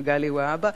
מגלי והבה,